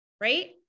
right